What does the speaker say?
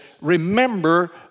remember